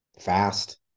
fast